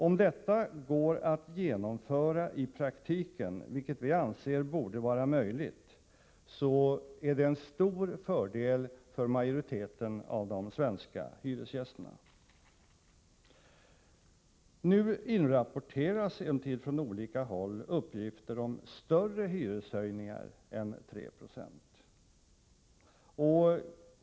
Om detta går att genomföra i praktiken, vilket vi anser borde vara möjligt, är det en stor fördel för majoriteten av de svenska hyresgästerna. Nu inrapporteras emellertid från olika håll uppgifter om större hyreshöjningar än 3 Yo.